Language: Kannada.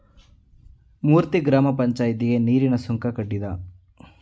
ಮೂರ್ತಿ ಗ್ರಾಮ ಪಂಚಾಯಿತಿಗೆ ನೀರಿನ ಸುಂಕ ಕಟ್ಟಿದ